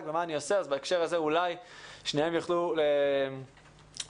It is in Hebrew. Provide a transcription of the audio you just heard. שניהם יוכלו להשתמש בהפרדה הזאת כהזדמנות ולא כחיסרון.